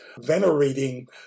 venerating